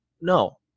no